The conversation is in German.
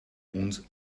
uns